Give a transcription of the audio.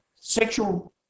sexual